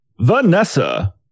Vanessa